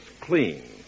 clean